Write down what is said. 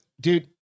dude